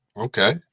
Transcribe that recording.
Okay